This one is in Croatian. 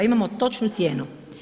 Imamo točnu cijenu.